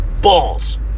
balls